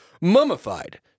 mummified